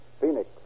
Phoenix